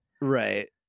right